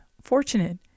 fortunate